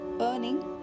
earning